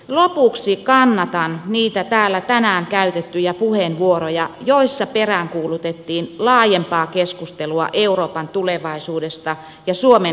lopuksi kannattaa niitä täällä tänään käytettyjä puheenvuoroja joissa peräänkuulutettiin laajempaa keskustelua euroopan tulevaisuudesta ja suomen